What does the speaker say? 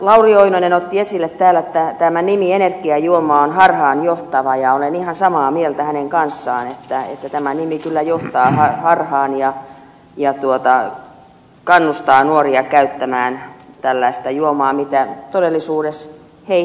lauri oinonen otti esille täällä tämän että nimi energiajuoma on harhaanjohtava ja olen ihan samaa mieltä hänen kanssaan että tämä nimi kyllä johtaa harhaan ja kannustaa nuoria käyttämään tällaista juomaa jota he todellisuudessa eivät tarvitse